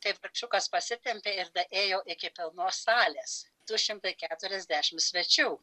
kaip kačiukas pasitempė ir dar ėjo iki pilnos salės du šimtai keturiasdešimt svečių